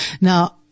Now